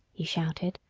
he shouted,